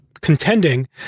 Contending